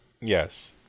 Yes